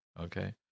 okay